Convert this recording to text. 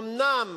אומנם